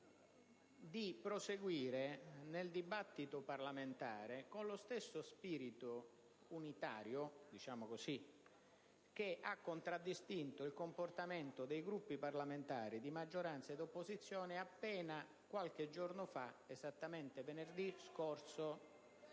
di proseguire nel dibattito parlamentare con lo stesso spirito unitario che ha contraddistinto il comportamento dei Gruppi parlamentari di maggioranza e di opposizione appena qualche giorno fa, esattamente venerdì scorso,